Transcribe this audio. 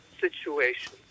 situation